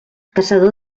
caçador